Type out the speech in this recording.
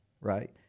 right